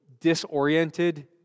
disoriented